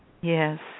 Yes